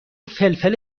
فلفل